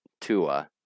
Tua